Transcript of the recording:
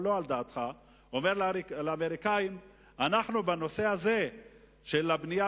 או לא על דעתך: הנושא הזה של הבנייה